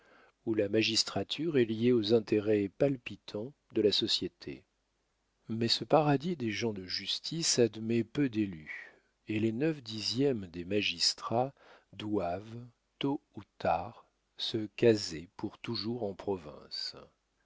où la magistrature est liée aux intérêts palpitants de la société mais ce paradis des gens de justice admet peu d'élus et les neuf dixièmes des magistrats doivent tôt ou tard se caser pour toujours en province